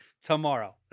tomorrow